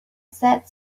sad